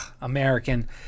American